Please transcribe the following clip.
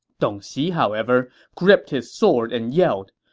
dong xi, however, gripped his sword and yelled,